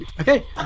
okay